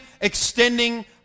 extending